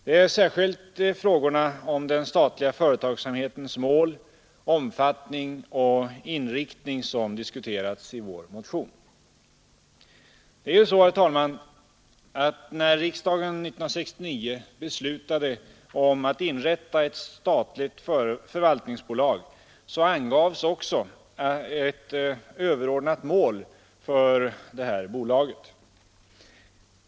Det är särskilt frågorna om den statliga företagsamhetens mål, omfattning och inriktning som diskuteras i vår motion. När riksdagen 1969 beslutade om att inrätta ett statligt förvaltningsbolag, angavs också ett överordnat mål för detta bolag.